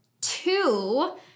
Two